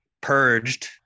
purged